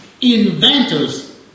inventors